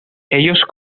ellos